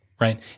right